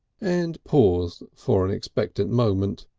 and paused for an expectant moment.